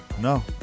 No